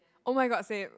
oh my god same